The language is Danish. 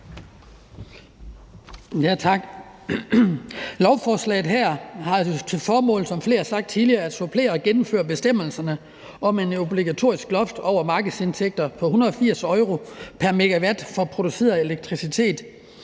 Lovforslaget her har jo, som flere har sagt tidligere, til formål at supplere og gennemføre bestemmelserne om et obligatorisk loft over markedsindtægter på 180 euro pr. megawatt for produceret elektricitet